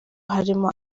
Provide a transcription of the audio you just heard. harimo